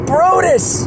Brutus